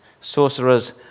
sorcerers